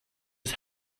its